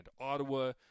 Ottawa